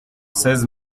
seize